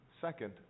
Second